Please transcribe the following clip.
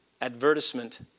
advertisement